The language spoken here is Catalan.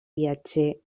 viatger